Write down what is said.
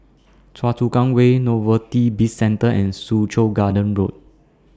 Choa Chu Kang Way Novelty Bizcentre and Soo Chow Garden Road